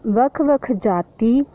बक्ख बक्ख जाति